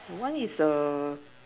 one is a